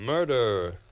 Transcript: Murder